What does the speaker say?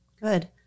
Good